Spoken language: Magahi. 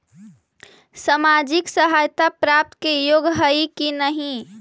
सामाजिक सहायता प्राप्त के योग्य हई कि नहीं?